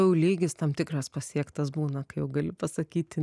jau lygis tam tikras pasiektas būna kai jau gali pasakyti